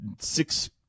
six